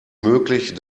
möglich